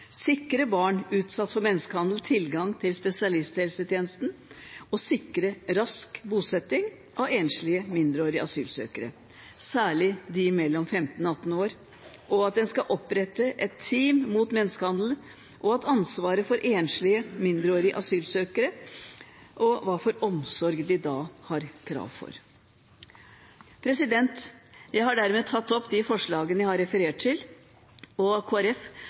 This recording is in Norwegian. sikre barn utsatt for menneskehandel tilgang til spesialisthelsetjeneste og sikre rask bosetting av enslige mindreårige asylsøkere – særlig dem mellom 15 og 18 år – at en skal opprette et team mot menneskehandel og lovfeste ansvaret for enslige mindreårige asylsøkere og hva slags omsorg de har krav på. Jeg tar dermed opp de forslagene jeg refererte, og Kristelig Folkeparti kommer på vegne av Arbeiderpartiet til